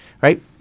right